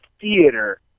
theater